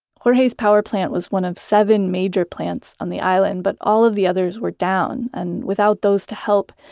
jorge's power plant was one of seven major plants on the island, but all of the others were down, and without those to help,